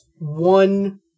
one